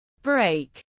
Break